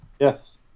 Yes